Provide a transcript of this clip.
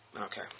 Okay